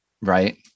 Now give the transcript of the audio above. right